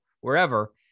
wherever